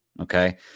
Okay